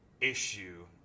issue